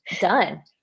done